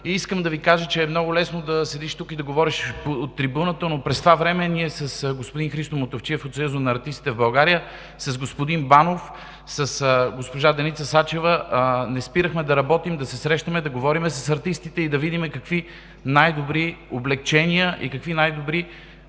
на културата. Много е лесно да седиш тук и да говориш от трибуната, но през това време ние с господин Христо Мутафчиев от Съюза на артистите в България, с господин Банов, с госпожа Деница Сачева не спирахме да работим, да се срещаме, да говорим с артистите и да видим какви най-добри облекчения и какви най-добри,